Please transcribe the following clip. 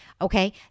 Okay